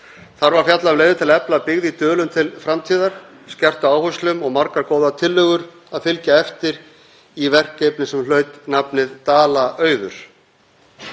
Þar var fjallað um leiðir til að efla byggð í Dölum til framtíðar, skerpt á áherslum og margar góðar tillögur til að fylgja eftir í verkefni sem hlaut nafnið Dala-Auður,